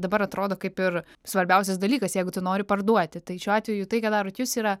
dabar atrodo kaip ir svarbiausias dalykas jeigu tu nori parduoti tai šiuo atveju tai ką darot jūs yra